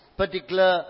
particular